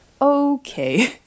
okay